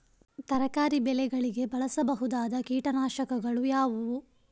ತರಕಾರಿ ಬೆಳೆಗಳಿಗೆ ಬಳಸಬಹುದಾದ ಕೀಟನಾಶಕಗಳು ಯಾವುವು?